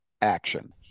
action